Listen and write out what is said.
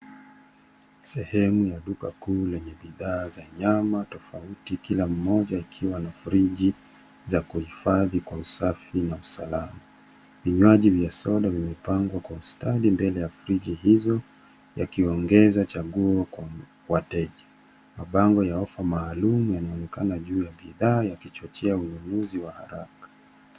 Sehemu ya duka kuu lenye bidhaa za nyama tofauti, kila mmoja ikiwa na friji za kuhifadhi kwa usafi na usalama. Vinywaji vya soda vimepangwa kwa ustadi mbele ya friji hizo, yakiongeza chaguo kwa wateja. Mabango ya ofa maalum yanaonekana juu ya bidhaa yakichochea ununuzi wa haraka.